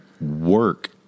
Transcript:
work